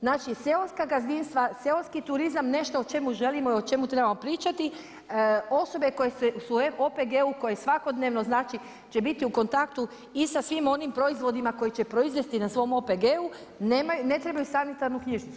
Znači, seoska gazdinstva, seoski turizam nešto o čemu želimo i o čemu trebamo pričati, osobe koje su u OPG-u, koje svakodnevno znači će biti u kontaktu i sa svim onim proizvodima koje će proizvesti na svom OPG-u ne trebaju sanitarnu knjižicu.